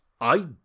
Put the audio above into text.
I